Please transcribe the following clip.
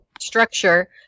structure